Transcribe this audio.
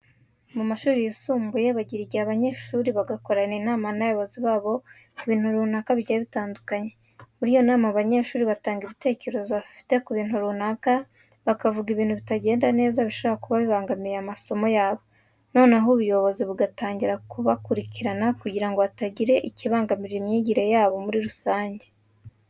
Mu mashuri yisumbuye bagira igihe abanyeshuri bagakorana inama n'abayobozi babo ku bintu runaka bigiye bitandukanye. Muri iyo nama abanyeshuri batanga ibitekerezo bafite ku bintu runaka, bakavuga ibintu bitagenda neza bishobora kuba bibangamiye amasomo yabo, noneho ubuyobozi bugatangira bukabikurikirana kugira ngo hatagira ikibangamira imyigire yabo muri rusange.